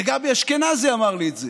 וגבי אשכנזי אמר לי את זה.